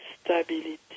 stability